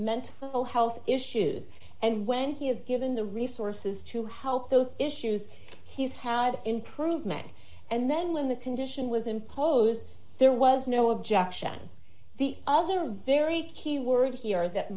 mental health issues and when he had given the resources to help those issues he's had improvement and then when the condition was imposed there was no objection the other a very key word here that